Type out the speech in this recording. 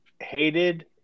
hated